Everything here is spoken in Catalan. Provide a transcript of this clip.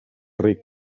ric